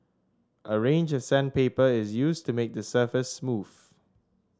a range of sandpaper is used to make the surface smooth